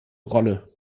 rolle